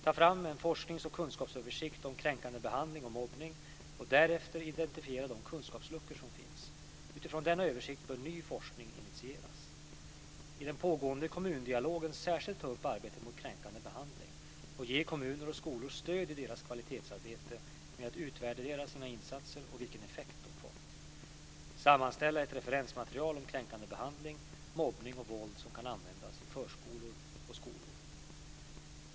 · Ta fram en forsknings och kunskapsöversikt om kränkande behandling och mobbning och därefter identifiera de kunskapsluckor som finns. Utifrån denna översikt bör ny forskning initieras. · I den pågående kommundialogen särskilt ta upp arbetet mot kränkande behandling och ge kommuner och skolor stöd i deras kvalitetsarbete med att utvärdera sina insatser och vilken effekt de fått. · Sammanställa ett referensmaterial om kränkande behandling, mobbning och våld som kan användas i förskolor och skolor.